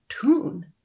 tune